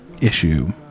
issue